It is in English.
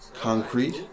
concrete